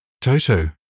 Toto